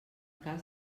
cas